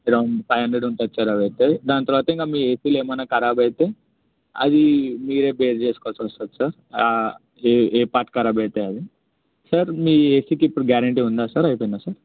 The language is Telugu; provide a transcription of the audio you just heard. అరౌండ్ ఫైవ్ హండ్రెడ్ ఉంటుంది సార్ అది అయితే దాని తర్వాత ఇంక మీ ఏసీలో ఏమైన కరాబ్ అయితే అది మీరు బేర్ చేసుకోవాల్సి వస్తుంది సార్ ఏ పార్ట్ కరాబ్ అయితే అది సార్ మీ ఏసీకి ఇప్పుడు గ్యారెంటీ ఉందా సార్ అయిపోయిందా సార్